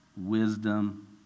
Wisdom